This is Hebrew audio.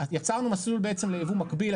יצרנו מסלול ליבוא מקביל,